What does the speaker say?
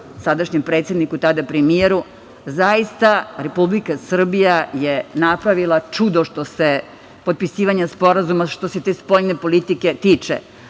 sadašnjem predsedniku, tada premijeru, zaista Republika Srbija je napravila čudo što se potpisivanja sporazuma, što se te spoljne politike tiče. Mi